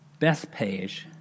Bethpage